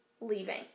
leaving